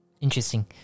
Interesting